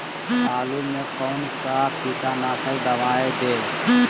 आलू में कौन सा कीटनाशक दवाएं दे?